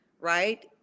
right